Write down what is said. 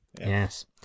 Yes